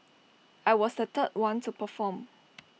I was the third one to perform